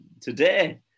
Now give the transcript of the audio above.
today